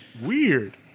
weird